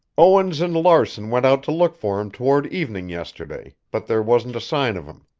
owens and larson went out to look for him toward evening yesterday, but there wasn't a sign of him.